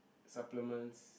supplements